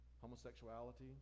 homosexuality